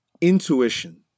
Intuition